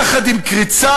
יחד עם קריצה,